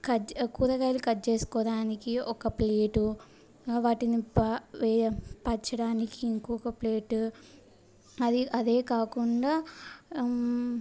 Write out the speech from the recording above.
కజ్ కూరగాయలు కట్ చేసుకోడానికి ఒక ప్లేటు వాటిని ప వేయడం పరచడానికి ఇంకొక ప్లేటు అది అదే కాకుండా